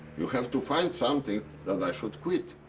you have to find something that i should quit.